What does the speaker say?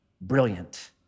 brilliant